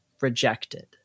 rejected